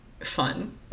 fun